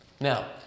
Now